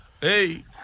Hey